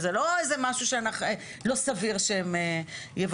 זה לא איזה משהו לא סביר שהם יבקשו.